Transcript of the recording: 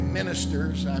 ministers